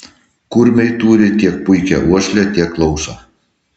kurmiai turi tiek puikią uoslę tiek klausą